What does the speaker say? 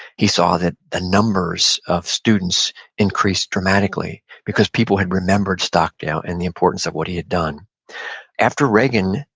he saw that the numbers of students increased dramatically because people had remembered stockdale and the importance of what he had done after regan,